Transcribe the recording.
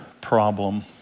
problem